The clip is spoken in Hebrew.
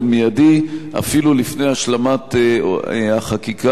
אפילו לפני השלמת החקיקה בנושא הזה.